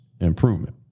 improvement